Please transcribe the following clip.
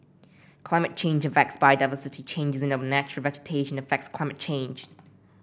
climate change affects biodiversity changes in our natural vegetation affects climate change